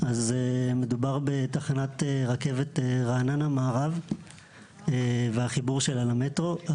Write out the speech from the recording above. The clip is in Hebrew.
אז מדובר בתחנת רכבת רעננה מערב והחיבור שלה למטרו,